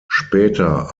später